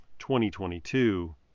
2022